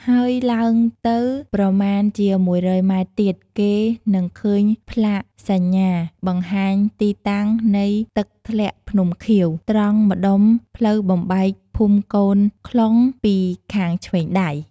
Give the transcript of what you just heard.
ហើយឡើងទៅប្រមាណជា ១០០ម៉ែត្រទៀត គេនឹងឃើញផ្លាកសញ្ញាបង្ហាញទីតាំងនៃ«ទឹកធ្លាក់ភ្នំខៀវ» ត្រង់ម្ដុំផ្លូវបំបែកភូមិកូនខ្លុងពីខាងឆ្វេងដៃ ។